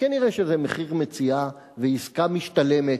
כנראה זה מחיר מציאה ועסקה משתלמת,